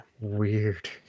Weird